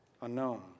unknown